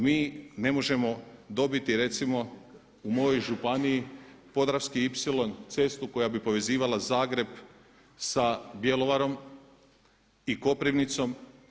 Mi ne možemo dobiti recimo u mojoj županiji podravski ipsilon, cestu koja bi povezivala Zagreb sa Bjelovarom i Koprivnicom.